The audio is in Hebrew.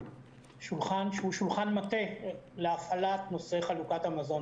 שולחן שהוא שולחן מטה להפעלת נושא חלוקת המזון